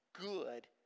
good